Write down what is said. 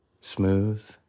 smooth